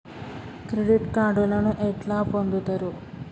Credit కార్డులను ఎట్లా పొందుతరు?